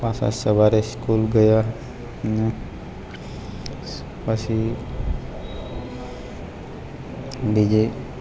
પાછા સવારે સ્કૂલ ગયા અને પછી બીજે